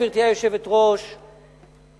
גברתי היושבת-ראש,